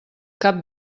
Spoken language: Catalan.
cap